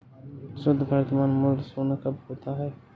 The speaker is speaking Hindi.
शुद्ध वर्तमान मूल्य शून्य कब होता है?